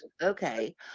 Okay